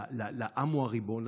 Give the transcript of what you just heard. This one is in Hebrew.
ל"העם הוא הריבון",